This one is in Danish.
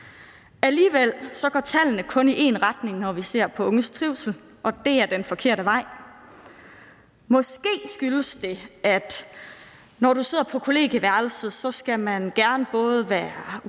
Alligevel går tallene kun i én retning, når vi ser på unges trivsel, og det er den forkerte vej. Måske skyldes det, at det for dig, der bor på kollegieværelse, er sådan, at du gerne både skal være